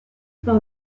par